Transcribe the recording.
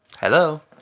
Hello